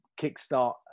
kickstart